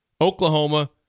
Oklahoma